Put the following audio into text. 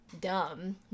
dumb